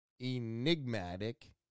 Enigmatic